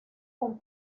con